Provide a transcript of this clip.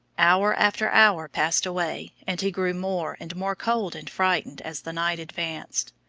hour after hour passed away, and he grew more and more cold and frightened as the night advanced.